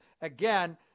again